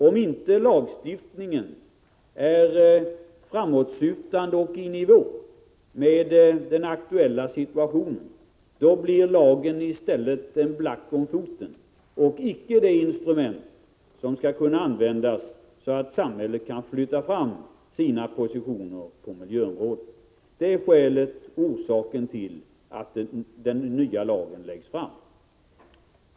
Om inte lagstiftningen är framåtsyftande och i nivå med den aktuella situationen blir lagen i stället en black om foten och icke ett instrument som skall kunna användas för att samhället skall kunna flytta fram sina positioner på miljöområdet. Det är skälet till att förslag om en ny lag läggs fram.